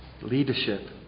Leadership